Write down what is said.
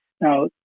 Now